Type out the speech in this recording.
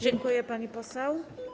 Dziękuję, pani poseł.